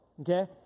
okay